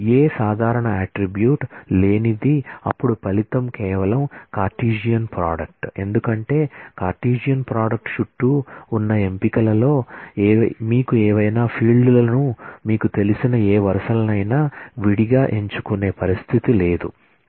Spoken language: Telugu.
ఏ సాధారణ అట్ట్రిబ్యూట్ లేనిది అప్పుడు ఫలితం కేవలం కార్టెసియన్ ప్రోడక్ట్ ఎందుకంటే కార్టెసియన్ ప్రోడక్ట్ చుట్టూ ఉన్న ఎంపికలో మీకు ఏవైనా ఫీల్డ్లను మీకు తెలిసిన ఏ వరుసలను అయినా విడిగా ఎంచుకునే పరిస్థితి లేదు